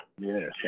Yes